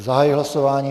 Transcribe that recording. Zahajuji hlasování.